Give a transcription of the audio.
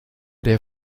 der